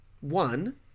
One